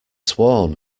sworn